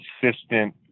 consistent